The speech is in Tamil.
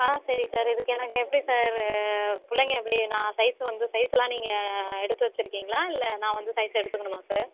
ஆ சரி சார் இதுக்கு எனக்கு எப்படி சார் பிள்ளைங்க எப்படி நான் சைஸ் வந்து சைஸ்லாம் நீங்கள் எடுத்து வைச்சுருகிங்களா இல்லை நான் வந்து சைஸ் எடுத்துக்கணுமா சார்